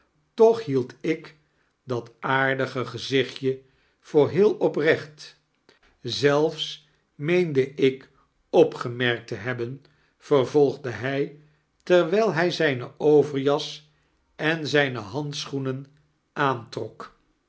toch hield ik dat aardige gezichtje voor heel oprechit zielfs meende ik opgemerktteihebbein vervolgde hij terwijl hij zijne overjas en zijne handschoenen aantirok